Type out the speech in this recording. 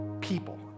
people